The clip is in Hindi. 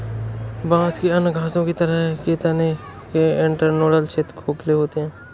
बांस में अन्य घासों की तरह के तने के इंटरनोडल क्षेत्र खोखले होते हैं